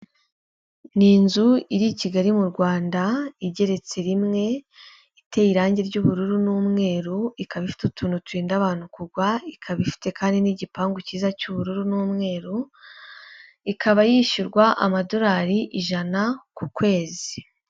Ni inzu iri i Kigali mu Rwanda igeretse rimwe, iteye irange ry'ubururu n'umweru, ikaba ifite utuntu turinda abantu kugwa, ikaba ifite kandi n'igipangu cyiza cy'ubururu n'umweru, ikaba yishyurwa amadolari ijana ku kwezi.